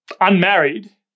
unmarried